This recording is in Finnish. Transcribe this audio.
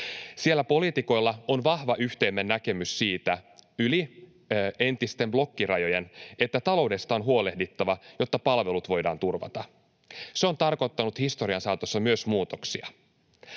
Siellä poliitikoilla on vahva yhteinen näkemys siitä — yli entisten blokkirajojen — että taloudesta on huolehdittava, jotta palvelut voidaan turvata. Se on tarkoittanut historian saatossa myös muutoksia.